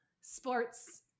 sports